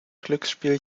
glücksspiel